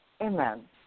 Amen